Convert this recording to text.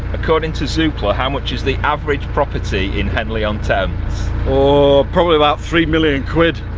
according to zoopla, how much is the average property in henley on thames? ooooh probably about three million quid.